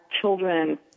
children